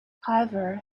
however